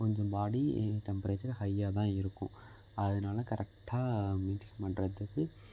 கொஞ்சம் body temperature ஹைய்யாகதான் இருக்கும் அதனால கரெக்டாக மெயின்டைன் பண்ணுறதுக்கு